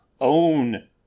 own